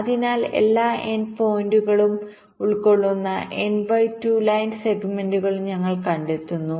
അതിനാൽ എല്ലാ N end പോയിന്റുകളുംഉൾക്കൊള്ളുന്ന N ബൈ 2 ലൈൻ സെഗ്മെന്റുകൾഞങ്ങൾ കണ്ടെത്തുന്നു